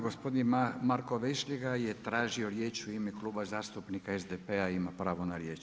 Gospodin Marko Vešligaj je tražio riječ u ime Kluba zastupnika SDP-a ima pravo na riječ.